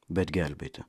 bet gelbėti